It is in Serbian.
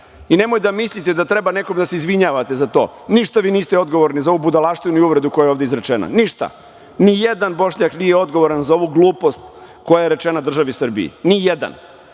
I nemoj da mislite da treba nekom da se izvinjavate za to. Ništa vi niste odgovorni za ovu budalaštinu i uvredu koja je ovde izrečena. Ništa. Ni jedan Bošnjak nije odgovoran za ovu glupost koja je rečena državi Srbiji, ni jedan.